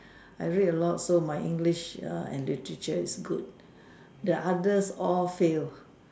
I read a lot so my English and literature is good the others all fail